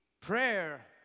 prayer